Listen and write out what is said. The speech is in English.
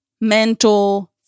mental